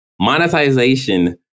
monetization